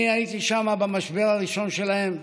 אני רוצה להבהיר בצורה יותר